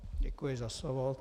Děkuji za slovo.